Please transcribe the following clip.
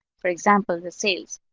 for example, the sales.